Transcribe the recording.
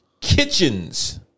Kitchens